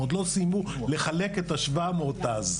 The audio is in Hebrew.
הם עוד לא סיימו לחלק את ה-700 אז.